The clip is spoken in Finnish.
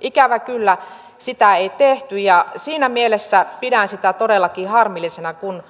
ikävä kyllä sitä ei tehty ja siinä mielessä pidän sitä todellakin harmillisena kun